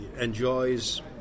enjoys